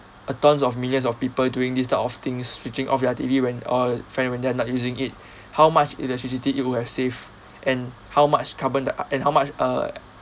a tons of millions of people doing this type of things switching off your T_V when or fan when they're not using it how much electricity it would have saved and how much carbon di~ and how much uh